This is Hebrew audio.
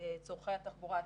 צרכי התחבורה הציבורית.